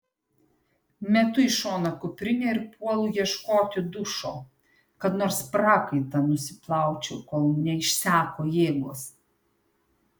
metu į šoną kuprinę ir puolu ieškoti dušo kad nors prakaitą nusiplaučiau kol neišseko jėgos